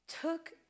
took